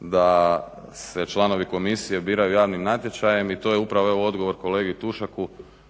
da se članovi komisije biraju javnim natječajima i to je upravo evo odgovor kolegi Tušaku